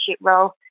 role